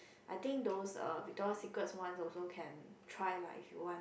I think those uh Victoria-Secret's one also can try lah if you want